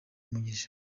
umugisha